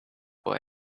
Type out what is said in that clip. boy